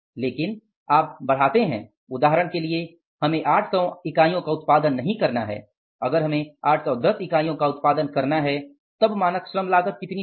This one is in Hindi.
लेकिन आप बढ़ाते हैं उदाहरण के लिए हमें 800 इकाइयों का उत्पादन नहीं करना है अगर हमें 810 इकाइयों का उत्पादन करना है तब मानक श्रम लागत कितनी होगी